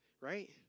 Right